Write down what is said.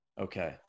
Okay